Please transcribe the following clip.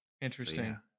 Interesting